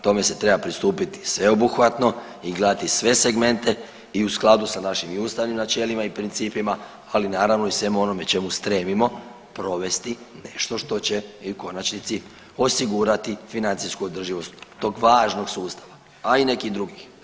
Tome se treba pristupiti sveobuhvatno i gledati sve segmente i u skladu s našim i ustavnim načelima i principima, ali naravno i svemu onome čemu stremimo, provesti nešto što će i u konačnici osigurati financijsku održivost tog važnog sustava, a i nekih drugih.